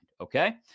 okay